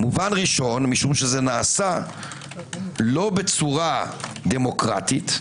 אחד, משום שזה נעשה לא בצורה דמוקרטית,